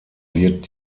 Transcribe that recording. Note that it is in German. wird